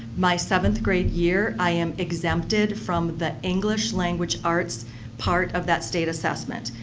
my seventh grade year i am exempted from the english language arts part of that state assessment,